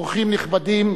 אורחים נכבדים,